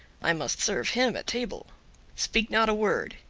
i must serve him at table speak not a word,